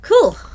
Cool